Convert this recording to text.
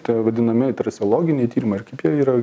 tai vadinamieji trasiologiniai tyrimai ar kaip jie yra